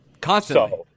constantly